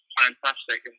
fantastic